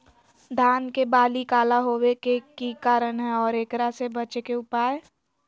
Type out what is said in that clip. धान के बाली काला होवे के की कारण है और एकरा से बचे के उपाय?